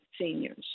seniors